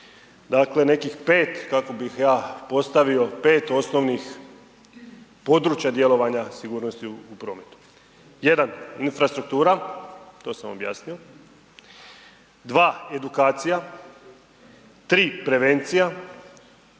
dakle, nekih 5 kako bih ja postavio, 5 osnovnih područja djelovanja sigurnosti u prometu. 1, infrastruktura, to sam objasnio. 2, edukacija, 3 prevencija,